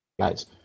guys